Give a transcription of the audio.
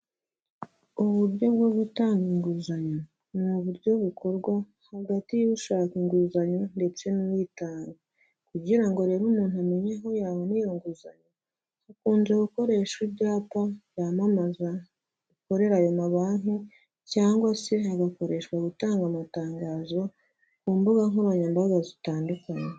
Uburyo bwo gutanga inguzanyo, ni uburyo bukorwa hagati y'ushaka inguzanyo ndetse n'uyitanga, kugira ngo rero umuntu amenye aho yabona iyo nguzanyo bakunze gukoreshwa ibyapa byamamaza bikorera ayo ma banki cyangwa se hagakoreshwa gutangaga amatangazo ku mbuga nkoranya mbaga zitandukanye.